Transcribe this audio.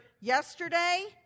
yesterday